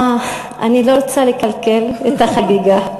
אני לא רוצה לקלקל את החגיגה,